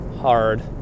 hard